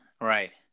right